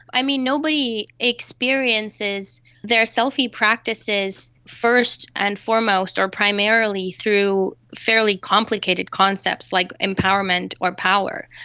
i mean, nobody experiences their selfie practices first and foremost or primarily through fairly complicated concepts like empowerment or power.